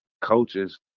coaches